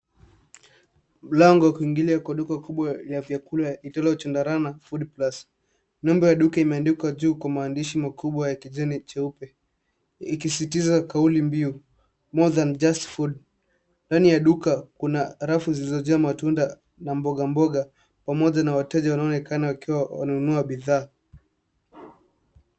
Mlango wa kuingilia kwa duka kubwa ya vyakula liitwalo Chandarana foodplus . Nembo ya duka imeandikwa juu kwa maandishi makubwa ya kijani cheupe ikisisitiza kauli iliyo more than just food . Ndani ya duka kuna rafu zilizojaa matunda na mbogamboga pamoja na wateja wanaoonekana wakiwa wananunua bidhaa.